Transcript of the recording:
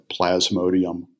plasmodium